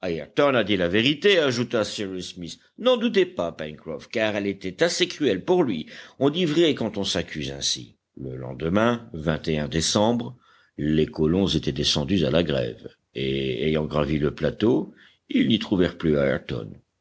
a dit la vérité ajouta cyrus smith n'en doutez pas pencroff car elle était assez cruelle pour lui on dit vrai quand on s'accuse ainsi le lendemain décembre les colons étaient descendus à la grève et ayant gravi le plateau ils n'y trouvèrent plus